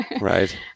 Right